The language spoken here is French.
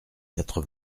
quatre